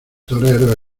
toreros